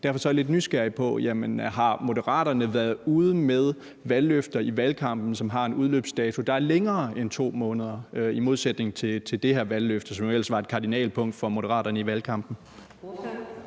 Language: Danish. Der er jeg lidt nysgerrig på, om Moderaterne har været ude med valgløfter i valgkampen, som har en udløbsdato, der er længere end 2 måneder, i modsætning til det her valgløfte, som jo ellers var et kardinalpunkt for Moderaterne i valgkampen.